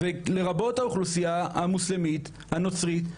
לרבות האוכלוסייה המוסלמית, הנוצרית,